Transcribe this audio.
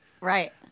Right